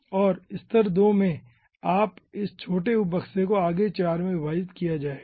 और स्तर 2 में इस छोटे उप बक्से को आगे 4 में विभाजित किया जाएगा